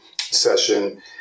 session